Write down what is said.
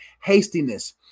hastiness